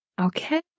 Okay